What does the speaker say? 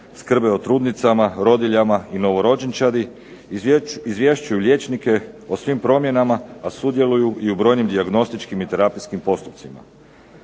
skrbe o trudnicama, rodiljama i novorođenčadi, izvješćuju liječnike o svim promjenama a sudjeluju i u brojnim dijagnostičkim i terapijskim postupcima.